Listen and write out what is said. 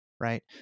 right